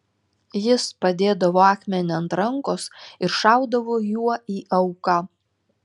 jis padėdavo akmenį ant rankos ir šaudavo juo į auką